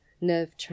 nerve